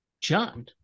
John